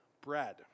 bread